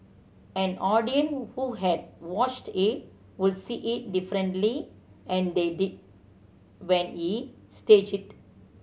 an audience who had watched it would see it differently and they did when he staged it